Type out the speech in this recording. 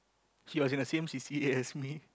she was in the same c_c_a as me